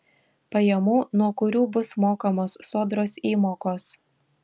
pajamų nuo kurių bus mokamos sodros įmokos